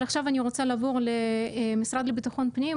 עכשיו אני רוצה לעבור למשרד לביטחון הפנים,